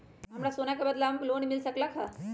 हमरा सोना के बदला में लोन मिल सकलक ह?